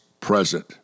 present